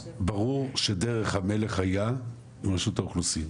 ברור שדרך המלך הייתה רשות האוכלוסין.